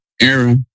era